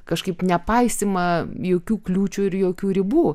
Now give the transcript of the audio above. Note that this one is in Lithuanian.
kažkaip nepaisymą jokių kliūčių ir jokių ribų